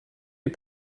est